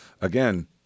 again